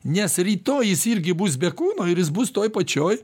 nes rytoj jis irgi bus be kūno ir jis bus toj pačioj